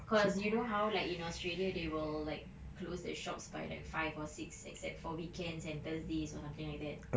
because you know how like in australia they will like close their shops by like five or six except for weekends and thursdays or something like that